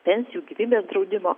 pensijų gyvybės draudimo